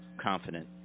confident